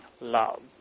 love